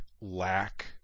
lack